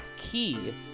key